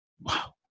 Wow